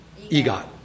EGOT